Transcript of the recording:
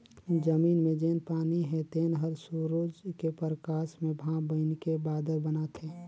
जमीन मे जेन पानी हे तेन हर सुरूज के परकास मे भांप बइनके बादर बनाथे